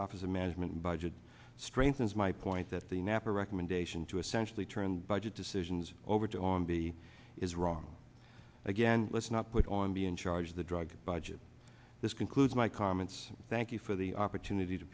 office of management and budget strengthens my point that the napper recommendation to essentially turn budget decisions over to on b is wrong again let's not put on be in charge of the drug budget this concludes my comments thank you for the opportunity to